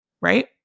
Right